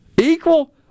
Equal